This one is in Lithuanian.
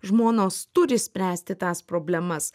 žmonos turi spręsti tas problemas